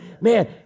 Man